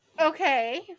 okay